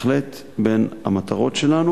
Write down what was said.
בהחלט בין המטרות שלנו.